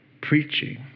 preaching